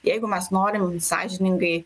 jeigu mes norim sąžiningai